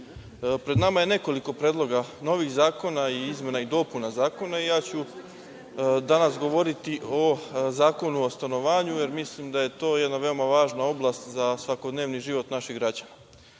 pred nama je nekoliko predloga novih zakona i izmena i dopuna zakona i ja ću danas govoriti o Zakonu o stanovanju, jer mislim da je to jedna veoma važna oblast za svakodnevni život naših građana. Iskustva